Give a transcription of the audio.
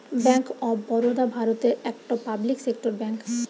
bank of Baroda ভারতের একটা public sector bank